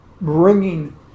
bringing